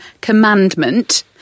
commandment